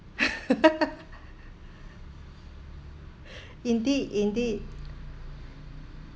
indeed indeed